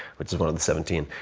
it's one of the seventeen.